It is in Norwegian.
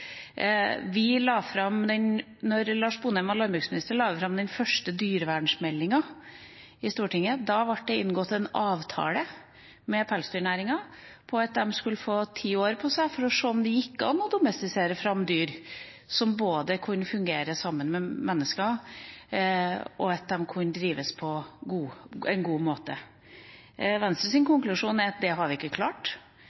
Lars Sponheim var landbruksminister, la vi fram den første dyrevernmeldinga for Stortinget. Det ble da inngått en avtale med pelsdyrnæringa om at den skulle få ti år på seg – for å se om det gikk an å domestisere dyr slik at de både kunne fungere sammen med mennesker, og at dette dyreholdet kunne drives på en god måte. Venstres konklusjon er at det har vi ikke klart.